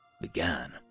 began